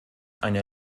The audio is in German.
eine